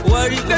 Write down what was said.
Worry